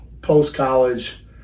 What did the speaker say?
post-college